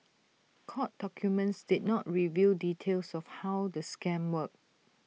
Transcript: court documents did not reveal details of how the scam worked